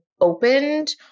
opened